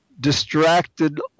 distracted